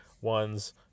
ones